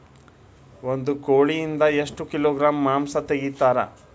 ಒಂದು ಕೋಳಿಯಿಂದ ಎಷ್ಟು ಕಿಲೋಗ್ರಾಂ ಮಾಂಸ ತೆಗಿತಾರ?